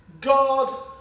God